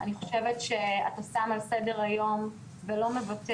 אני חושבת שאתה שם על סדר-היום ולא מוותר